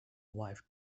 wife